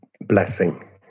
Blessing